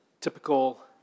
typical